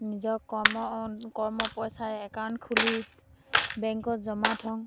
নিজৰ কৰ্ম কৰ্ম পইচাৰে একাউণ্ট খুলি বেংকত জমা থওঁ